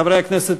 הכנסת,